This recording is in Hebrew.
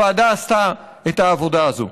הוועדה עשתה את העבודה הזאת.